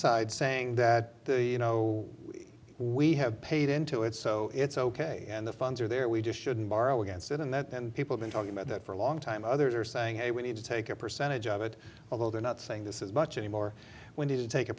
side saying that you know we have paid into it so it's ok and the funds are there we just shouldn't borrow against it and that and people been talking about that for a long time others are saying hey we need to take a percentage of it although they're not saying this is much anymore when you take a